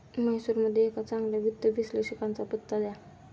म्हैसूरमधील एका चांगल्या वित्त विश्लेषकाचा पत्ता द्या